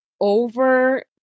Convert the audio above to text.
over